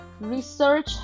research